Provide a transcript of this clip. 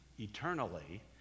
eternally